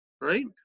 Right